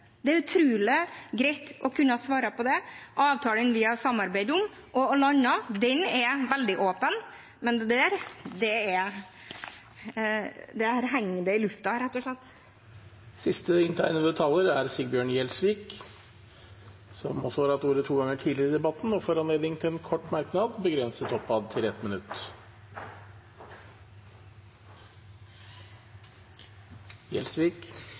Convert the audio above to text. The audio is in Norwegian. Det hadde vært greit om han kunne svare på det. Avtalen vi har samarbeidet om og landet, er veldig åpen, men dette henger i lufta, rett og slett. Representanten Sigbjørn Gjelsvik har hatt ordet to ganger tidligere og får ordet til en kort merknad, begrenset til